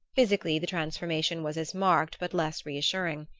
physically the transformation was as marked but less reassuring.